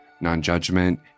non-judgment